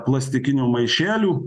plastikinių maišelių